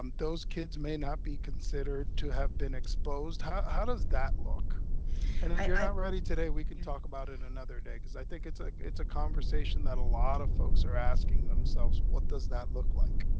um those kids may not be considered to have been exposed? how how does that look? and if you're not ready today, we can talk about it another day. cause i think it's like it's a conversation that a lot of folks are asking themselves, what does that look like?